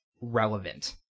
relevant